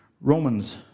Romans